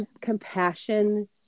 compassion